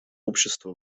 общества